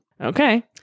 Okay